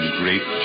great